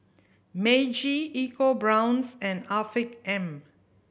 Meiji EcoBrown's and Afiq M